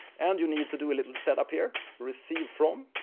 and you need to do a little setup here. receive from,